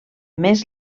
més